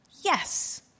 Yes